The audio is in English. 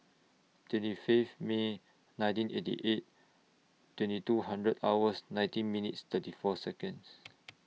twenty Fifth May nineteen eighty eight twenty two hundred hours nineteen minutes thirty four Seconds